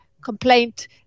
complaint